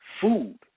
food